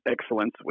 excellence